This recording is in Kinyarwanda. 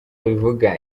babivuga